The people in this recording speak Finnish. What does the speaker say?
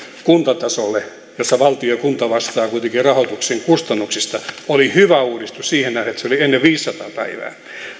kuntatasolle jossa valtio ja kunta vastaavat kuitenkin rahoituksen kustannuksista oli hyvä uudistus siihen nähden että se oli ennen viisisataa päivää